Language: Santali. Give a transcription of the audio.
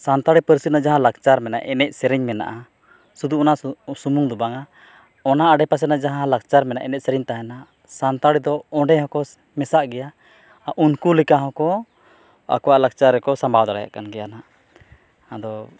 ᱥᱟᱱᱛᱟᱲᱤ ᱯᱟᱹᱨᱥᱤ ᱨᱮᱱᱟᱜ ᱡᱟᱦᱟᱸ ᱞᱟᱠᱪᱟᱨ ᱢᱮᱱᱟᱜᱼᱟ ᱮᱱᱮᱡ ᱥᱮᱨᱮᱧ ᱢᱮᱱᱟᱜᱼᱟ ᱥᱩᱫᱩ ᱚᱱᱟ ᱥᱩᱢᱩᱝ ᱫᱚ ᱵᱟᱝᱼᱟ ᱚᱱᱟ ᱟᱰᱮᱯᱟᱥᱮ ᱨᱮᱱᱟᱜ ᱡᱟᱦᱟᱸ ᱞᱟᱠᱪᱟᱨ ᱢᱮᱱᱟᱜᱼᱟ ᱮᱱᱮᱡ ᱥᱮᱨᱮᱧ ᱛᱟᱦᱮᱱᱟ ᱥᱟᱱᱛᱥᱲᱤ ᱫᱚ ᱚᱸᱰᱮ ᱦᱚᱸᱠᱚ ᱢᱮᱥᱟᱜ ᱜᱮᱭᱟ ᱩᱱᱠᱩ ᱞᱮᱠᱟ ᱦᱚᱸᱠᱚ ᱟᱠᱚᱣᱟᱜ ᱞᱟᱠᱪᱟᱨ ᱨᱮᱠᱚ ᱥᱟᱢᱵᱟᱣ ᱫᱟᱲᱮᱭᱟᱜ ᱠᱟᱱ ᱜᱮᱭᱟ ᱱᱟᱜ ᱟᱫᱚ